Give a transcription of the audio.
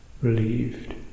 relieved